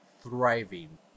thriving